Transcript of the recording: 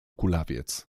kulawiec